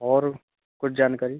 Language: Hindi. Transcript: और कुछ जानकारी